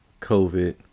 COVID